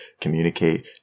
communicate